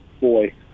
boy